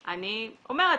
זה נכון